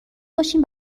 باشین